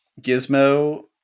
Gizmo